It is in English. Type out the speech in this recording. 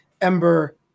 ember